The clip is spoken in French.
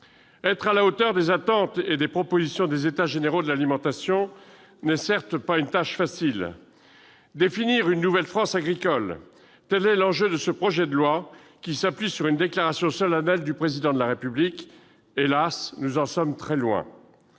Être à la hauteur des attentes et des propositions des États généraux de l'alimentation n'est certes pas une tâche facile. Définir une nouvelle France agricole, tel est l'enjeu de ce projet de loi, qui s'appuie sur une déclaration solennelle du Président de la République. Hélas, nous en sommes très loin